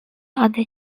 other